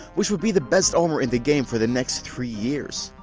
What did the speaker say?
which would be the best armour in-game for the next three years.